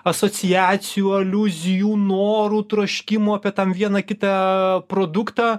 asociacijų aliuzijų norų troškimų apie tam vieną kitą produktą